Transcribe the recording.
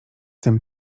tym